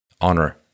honor